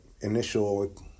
initial